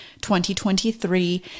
2023